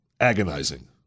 agonizing